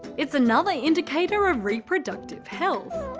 it's another indicator of reproductive health.